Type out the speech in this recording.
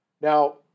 Now